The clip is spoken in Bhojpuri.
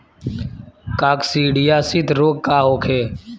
काकसिडियासित रोग का होखे?